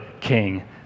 king